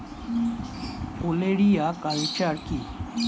ওলেরিয়া কালচার কি?